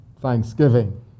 thanksgiving